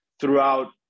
throughout